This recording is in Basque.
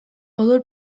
odol